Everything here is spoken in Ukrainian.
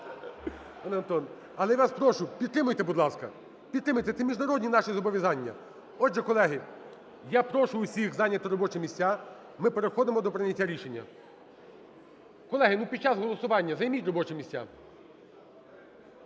Але я вас прошу, підтримайте, будь ласка, підтримайте. Це міжнародні наші зобов'язання. Отже, колеги, я прошу всіх зайняти робочі місця. Ми переходимо до прийняття рішення. Колеги, ну, під час голосування займіть робочі місця.